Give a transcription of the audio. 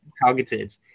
targeted